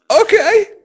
okay